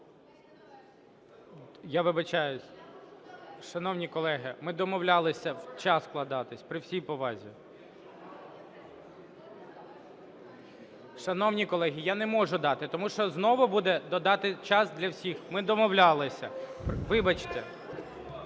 Я вибачаюсь. Шановні колеги, ми домовлялися в час вкладатися, при всій повазі. (Шум у залі) Шановні колеги, я не можу дати, тому що знову буде – додати час для всіх. Ми домовлялися. Вибачте.